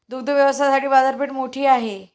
दुग्ध व्यवसायाची बाजारपेठ मोठी आहे